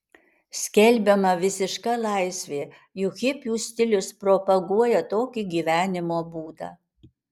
skelbiama visiška laisvė juk hipių stilius propaguoja tokį gyvenimo būdą